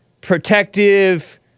protective